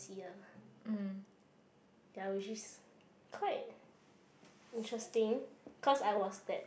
ya which is quite interesting cause I was that